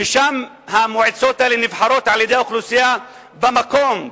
ששם המועצות האלה נבחרות על-ידי האוכלוסייה במקום,